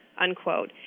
unquote